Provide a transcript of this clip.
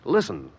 Listen